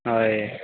ହଁ ଏ